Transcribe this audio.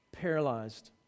paralyzed